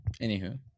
Anywho